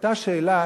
והיתה שאלה: